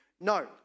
No